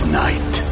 night